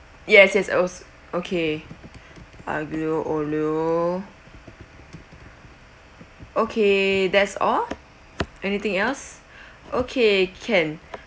yes yes also okay aglio olio okay that's all anything else okay can